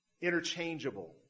interchangeable